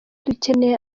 dukeneye